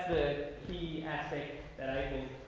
the ethic that